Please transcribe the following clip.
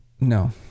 No